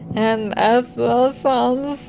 and as the so